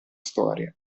storia